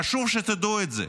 חשוב שתדעו את זה.